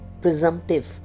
presumptive